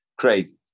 crazy